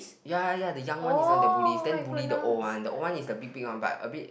ya ya ya the young one is one of the bullies then bully the old one the old one is the big big one but a bit